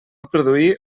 produir